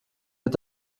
mit